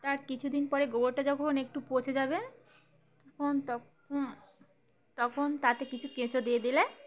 তার কিছুদিন পরে গোবরটা যখন একটু পচে যাবে তখন তখন তখন তাতে কিছু কেঁচো দিয়ে দিলে